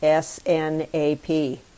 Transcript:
SNAP